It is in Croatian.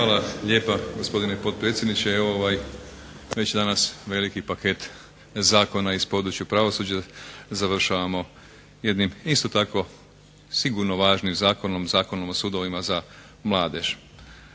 vam lijepa gospodine potpredsjedniče. Evo ovaj danas veliki paket zakona iz područja pravosuđa završavamo jednim isto tako sigurno važnim zakonom, Zakonom o sudovima za mladež,